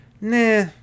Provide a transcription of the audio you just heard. Nah